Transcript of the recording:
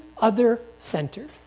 other-centered